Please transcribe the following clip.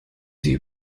sie